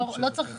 לא צריך עכשיו.